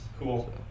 Cool